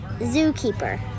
zookeeper